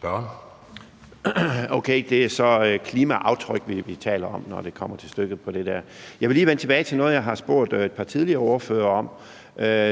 Frandsen (M): Okay, det er så klimaaftryk, vi her taler om, når det kommer til stykket. Jeg vil lige vende tilbage til noget, jeg har spurgt et par tidligere ordførere om,